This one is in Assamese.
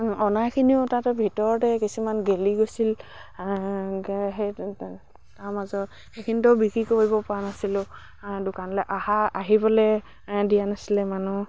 অনাখিনিও তাতে ভিতৰতে কিছুমান গেলি গৈছিল সেই তাৰ মাজত সেইখিনিতো বিক্ৰী কৰিব পৰা নাছিলোঁ দোকানলে অহা আহিবলে দিয়া নাছিলে মানুহ